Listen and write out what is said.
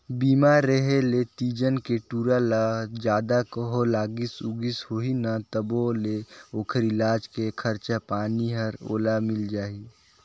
बीमा रेहे ले तीजन के टूरा ल जादा कहों लागिस उगिस होही न तभों ले ओखर इलाज के खरचा पानी हर ओला मिल जाही